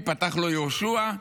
וייפתח לו יהושע.